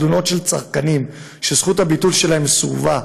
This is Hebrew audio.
תלונות של צרכנים שזכות הביטול שלהם סורבה,